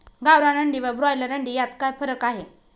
गावरान अंडी व ब्रॉयलर अंडी यात काय फरक आहे?